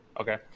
Okay